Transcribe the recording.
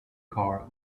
car